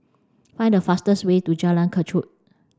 find the fastest way to Jalan Kechot